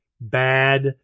bad